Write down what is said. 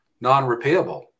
non-repayable